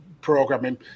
programming